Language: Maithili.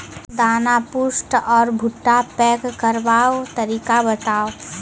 दाना पुष्ट आर भूट्टा पैग करबाक तरीका बताऊ?